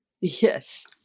Yes